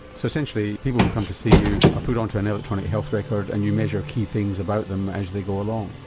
so essentially people who come to see you are put onto an electronic health record and you measure key things about them as they go along?